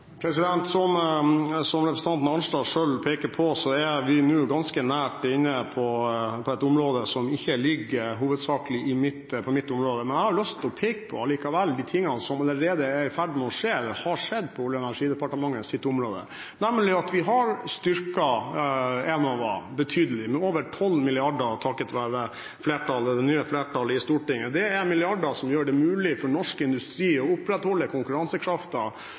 Som representanten Arnstad selv peker på, er vi nå ganske nært inne på et område som ikke ligger hovedsakelig innenfor mitt område. Men jeg har likevel lyst til å peke på de tingene som allerede er i ferd med å skje, eller har skjedd, på Olje- og energidepartementets område, nemlig at vi har styrket Enova betydelig, med over 12 mrd. kr, takket være det nye flertallet i Stortinget. Dette er milliarder som gjør det mulig for norsk industri å opprettholde